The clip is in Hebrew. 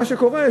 מה שקורה,